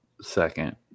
Second